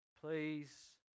Please